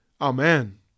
Amen